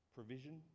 Provision